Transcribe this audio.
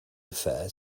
refer